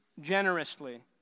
generously